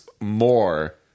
more